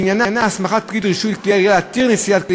שעניינה הסמכת פקיד רישוי כלי הירייה להתיר נשיאת כלי